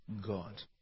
God